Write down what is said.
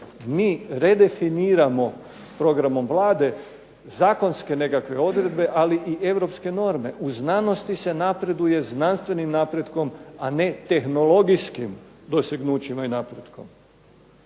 mi redefiniramo programom Vlade zakonske nekakve odredbe, ali i europske norme. U znanosti se napreduje znanstvenim napretkom, a ne tehnologijskim dostignućima i napretkom.